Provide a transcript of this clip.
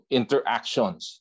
interactions